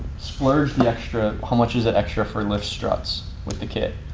splurge the extra how much is it extra for lift struts? with the kit?